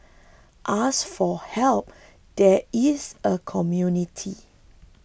ask for help there is a community